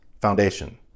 foundation